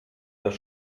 das